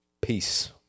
Peace